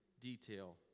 detail